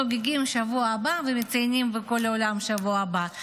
חוגגים בשבוע הבא ומציינים בכל העולם בשבוע הבא,